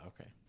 Okay